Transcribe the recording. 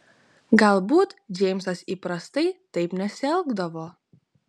galbūt džeimsas įprastai taip nesielgdavo